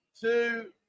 two